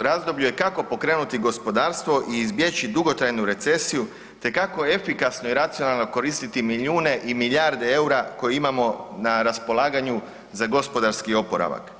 razdoblju je kako pokrenuti gospodarstvo i izbjeći dugotrajnu recesiju te kako efikasno i racionalno koristiti milijune i milijarde eura koje imamo na raspolaganju za gospodarski oporavak.